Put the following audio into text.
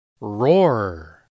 Roar